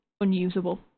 unusable